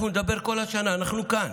אנחנו נדבר כל השנה, אנחנו כאן.